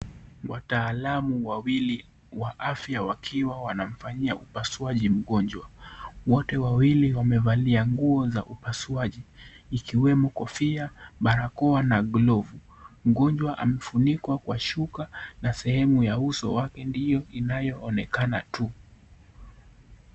Wataalamu wawili wa afya wakiwa wanafanyia upasuaji mgonjwa, wote wawili wamevalia nguo za upasuaji ikiwemo kofia, barakoa na glovu, mgonjwa anafunikwa kwa shuka na sehemu ya uso wake ndio inayoonekana tu.